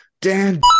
Dan